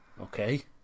Okay